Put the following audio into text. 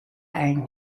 ein